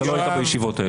אתה לא היית בישיבות האלה.